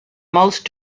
most